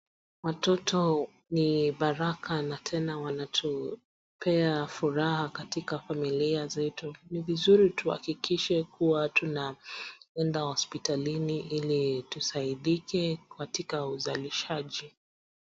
Watoto ni baraka na tena wanatupea furaha katika familia zetu. Ni vizuri tuhakikishe kuwa tunaeda hospitalini ili tusaidike katika uzalishaji.